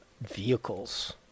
vehicles